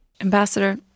Ambassador